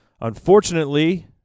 Unfortunately